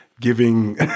giving